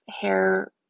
hair